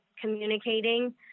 communicating